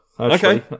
Okay